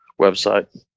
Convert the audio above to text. website